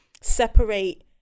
separate